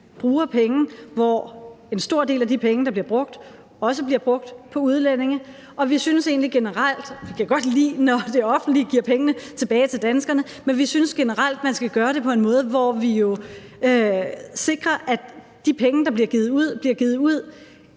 bruger penge, hvor en stor del af de penge, der bliver brugt, også bliver brugt på udlændinge. Vi kan godt lide, når det offentlige giver penge tilbage til danskerne, men vi synes generelt, man skal gøre det på en måde, hvor vi sikrer, at de penge, der bliver givet ud, bliver givet ud